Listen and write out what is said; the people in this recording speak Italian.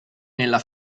nella